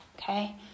Okay